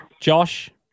Josh